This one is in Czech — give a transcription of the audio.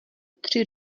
tři